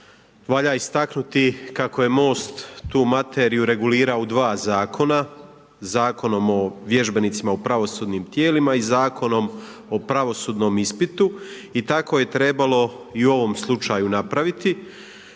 valja istaknuti kako je Most tu materiju regulirao u 2 zakona, Zakonom o vježbenicima u pravosudnim tijelima i Zakonom o pravosudnom ispitu i tako je trebalo i u ovom slučaju napraviti.